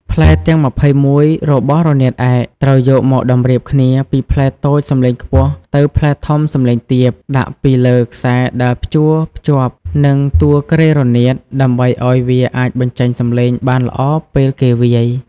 ផ្លែទាំង ២១ របស់រនាតឯក ត្រូវយកមកតម្រៀបគ្នាពីផ្លែតូចសំឡេងខ្ពស់ ទៅផ្លែធំសំឡេងទាប ដាក់ពីលើខ្សែដែលព្យួរភ្ជាប់នឹងតួគ្រែរនាត ដើម្បីឱ្យវាអាចបញ្ចេញសំឡេងបានល្អពេលគេវាយ។